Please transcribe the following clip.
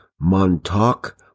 Montauk